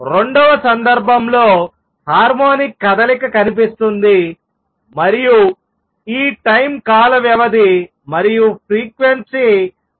రెండవ సందర్భంలో హార్మోనిక్ కదలిక కనిపిస్తుంది మరియు ఈ టైం కాల వ్యవధి మరియు ఫ్రీక్వెన్సీ ω2π